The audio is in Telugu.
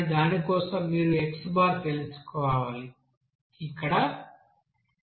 కానీ దాని కోసం మీరు x తెలుసుకోవాలి ఇక్కడ xxin